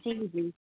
जी जी